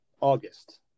August